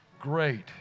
great